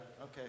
Okay